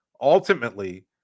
Ultimately